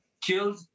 killed